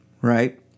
right